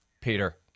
Peter